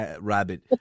rabbit